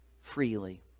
freely